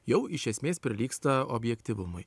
jau iš esmės prilygsta objektyvumui